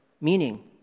meaning